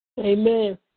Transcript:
Amen